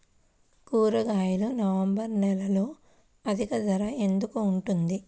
కూరగాయలు నవంబర్ నెలలో అధిక ధర ఎందుకు ఉంటుంది?